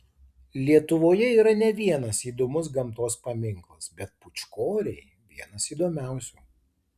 lietuvoje yra ne vienas įdomus gamtos paminklas bet pūčkoriai vienas įdomiausių